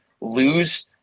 lose